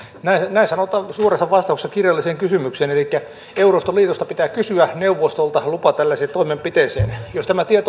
näin sanotaan suorassa vastauksessa kirjalliseen kysymykseen elikkä euroopasta liitosta pitää kysyä neuvostolta lupa tällaiseen toimenpiteeseen jos tämä tieto